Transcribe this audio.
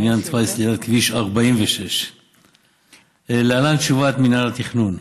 בעניין תוואי סלילת כביש 46. להלן תשובת מינהל התכנון: